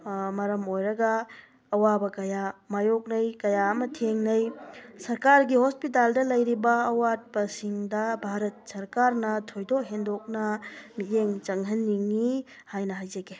ꯃꯔꯝ ꯑꯣꯏꯔꯒ ꯑꯋꯥꯕ ꯀꯌꯥ ꯃꯥꯏꯌꯣꯛꯅꯩ ꯀꯌꯥ ꯑꯃ ꯊꯦꯡꯅꯩ ꯁ꯭ꯔꯀꯥꯔꯒꯤ ꯍꯣꯁꯄꯤꯇꯥꯜꯗ ꯂꯩꯔꯤꯕ ꯑꯋꯥꯠꯄꯁꯤꯡꯗ ꯚꯥꯔꯠ ꯁ꯭ꯔꯀꯥꯔꯅ ꯊꯣꯏꯗꯣꯛ ꯍꯦꯟꯗꯣꯛꯅ ꯃꯤꯠꯌꯦꯡ ꯆꯪꯍꯟꯅꯤꯡꯏ ꯍꯥꯏꯅ ꯍꯥꯏꯖꯒꯦ